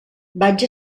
vaig